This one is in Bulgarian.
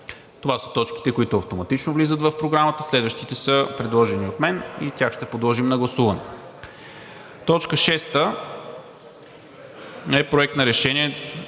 Това са точките, които автоматично влизат в Програмата, следващите са предложени от мен и тях ще подложим на гласуване. 6. Проект на решение